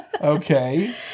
Okay